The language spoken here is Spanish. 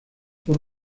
por